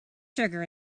sugar